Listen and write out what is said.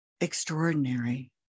extraordinary